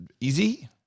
easy